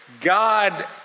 God